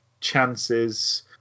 chances